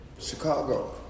Chicago